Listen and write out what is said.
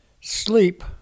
sleep